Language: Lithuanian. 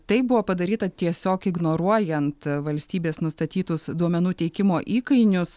tai buvo padaryta tiesiog ignoruojant valstybės nustatytus duomenų teikimo įkainius